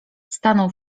stanął